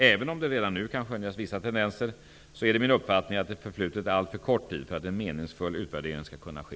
Även om det redan nu kan skönjas vissa tendenser är det min uppfattning att det har förflutit alltför kort tid för att en meningsfull utvärdering skall kunna ske.